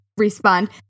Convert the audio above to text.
Respond